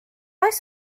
oes